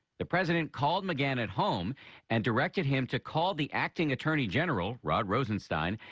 the president called mcgahn at home and directed him to call the acting attorney general, rod rosenstein,